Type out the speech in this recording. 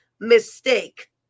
mistake